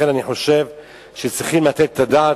לכן אני חושב שצריכים לתת את הדעת.